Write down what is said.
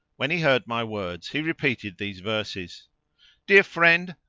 when he heard my words, he repeated these verses dear friend,